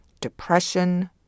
depression